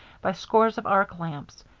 by scores of arc lamps.